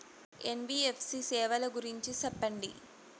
NBFC సేవల గురించి సెప్పండి?